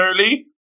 early